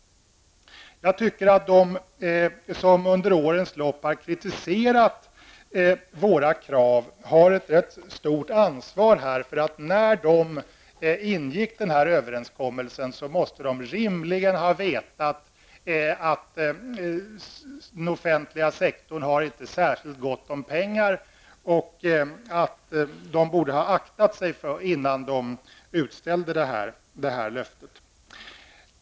Jag tycker att de som under årens lopp har kritiserat våra krav har ett ganska stort ansvar nu. När de ingick denna överenskommelse måste de rimligen ha känt till att den offentliga sektorn inte har särskilt gott om pengar. De borde ha aktat sig innan de utställde löftet.